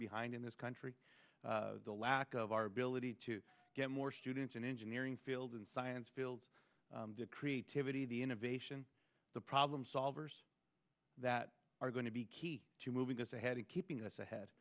behind in this country the lack of our ability to get more students in engineering fields in science fields the creativity the innovation the problem solvers that are going to be key to moving us ahead and keeping us ahead